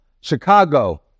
Chicago